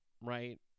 right